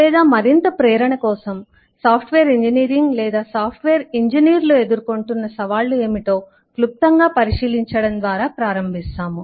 లేదా మరింత ప్రేరణ కోసం సాఫ్ట్వేర్ ఇంజనీరింగ్ లేదా సాఫ్ట్వేర్ ఇంజనీర్లు ఎదుర్కొంటున్న సవాళ్లు ఏమిటో క్లుప్తంగా పరిశీలించడం ద్వారా ప్రారంభిస్తాము